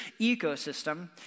ecosystem